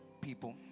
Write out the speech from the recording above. people